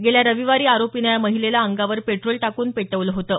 गेल्या रविवारी आरोपीनं या महिलेला अंगावर पेट्रोल टाकून पेटवलं होतं